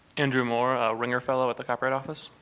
andrew moore, a ringer fellow at the copyright office.